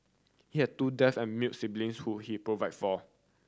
he has two deaf and mute siblings who he provide for